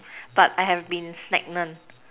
but I have been stagnant